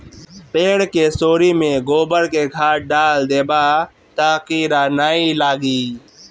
पेड़ के सोरी में गोबर के खाद डाल देबअ तअ कीरा नाइ लागी